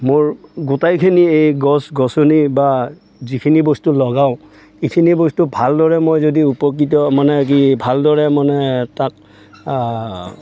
মোৰ গোটেইখিনি এই গছ গছনি বা যিখিনি বস্তু লগাওঁ এইখিনি বস্তু ভালদৰে মই যদি উপকৃত মানে কি ভালদৰে মানে তাক